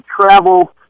travel